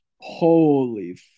Holy